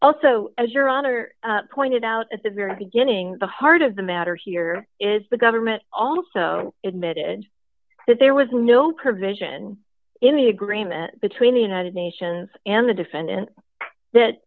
also as your other pointed out at the very beginning the heart of the matter here is the government also admitted that there was no provision in the agreement between the united nations and the defendant